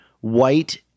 white